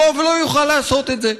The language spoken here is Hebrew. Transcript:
הרוב לא יוכל לעשות את זה,